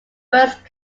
first